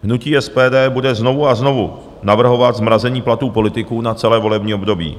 Hnutí SPD bude znovu a znovu navrhovat zmrazení platů politiků na celé volební období.